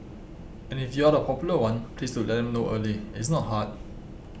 and if you're the popular one please do let them know early it's not hard